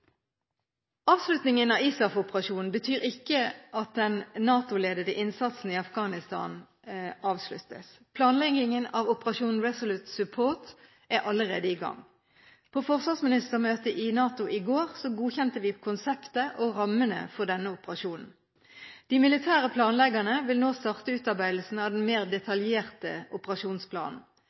Avslutningen av ISAF-operasjonen betyr ikke at den NATO-ledede innsatsen i Afghanistan avsluttes. Planleggingen av operasjon Resolute Support er allerede i gang. På forsvarsministermøtet i NATO i går godkjente vi konseptet og rammene for denne operasjonen. De militære planleggerne vil nå starte utarbeidelsen av den mer detaljerte operasjonsplanen.